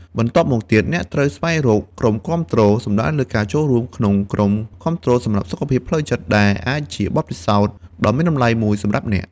បន្ទាប់់មកទៀត អ្នកត្រូវស្វែងរកក្រុមគាំទ្រ សំដៅលើការចូលរួមក្នុងក្រុមគាំទ្រសម្រាប់បញ្ហាសុខភាពផ្លូវចិត្តដែលអាចជាបទពិសោធន៍ដ៏មានតម្លៃមួយសម្រាប់អ្នក។